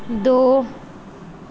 ਦੋ